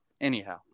anyhow